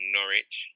Norwich